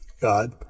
God